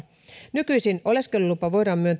nykyisin oleskelulupa voidaan myöntää